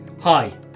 Hi